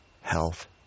health